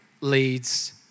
leads